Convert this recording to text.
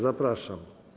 Zapraszam.